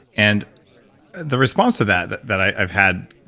and the response to that that that i've had,